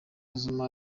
zuma